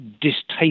distaste